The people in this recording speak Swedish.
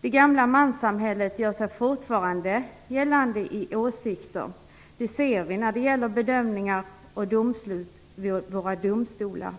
Det gamla manssamhället gör sig fortfarande gällande i åsikter. Det ser vi när det gäller bedömningar och domslut vid våra domstolar.